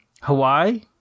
Hawaii